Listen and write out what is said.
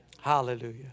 Hallelujah